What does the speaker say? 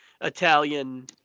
italian